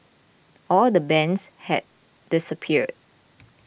all the bands had disappeared